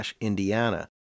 Indiana